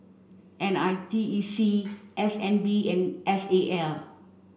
N I T E C S N B and S A L